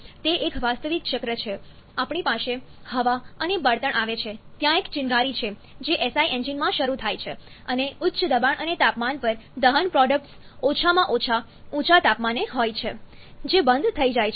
તે એક વાસ્તવિક ચક્ર છે આપણી પાસે હવા અને બળતણ આવે છે ત્યાં એક ચિનગારી છે જે SI એન્જિનમાં શરૂ થાય છે અને ઉચ્ચ દબાણ અને તાપમાન પર દહન પ્રોડક્ટ્સ ઓછામાં ઓછા ઊંચા તાપમાને હોય છે જે બંધ થઈ જાય છે